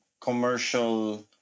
commercial